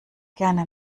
gerne